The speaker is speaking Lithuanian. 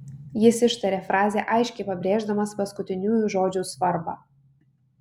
jis ištarė frazę aiškiai pabrėždamas paskutiniųjų žodžių svarbą